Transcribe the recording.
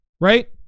right